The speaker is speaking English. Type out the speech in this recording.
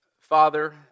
Father